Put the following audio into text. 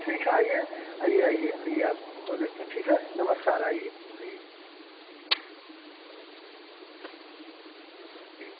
ठीक है आइए आइए आइए आइए आप को देखते हैं ठीक है नमस्कार आइए आइए ठीक